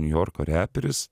niujorko reperis